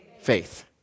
faith